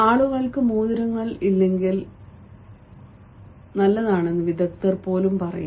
ആളുകൾക്ക് മോതിരങ്ങൾ ഇല്ലെങ്കിൽ നല്ലതാണെന്ന് വിദഗ്ദ്ധർ പോലും പറയുന്നു